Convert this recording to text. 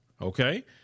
Okay